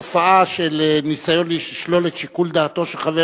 התופעה של ניסיון לשלול את שיקול דעתו של חבר